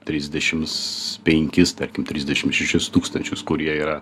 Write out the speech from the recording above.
trisdešims penkis tarkim trisdešim šešis tūkstančius kurie yra